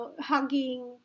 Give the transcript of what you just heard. hugging